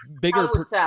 bigger